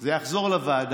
וזה יחזור לוועדה.